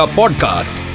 podcast